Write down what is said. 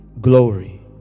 glory